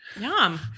Yum